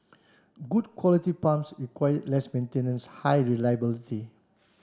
good quality pumps require less maintenance high reliability